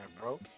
bro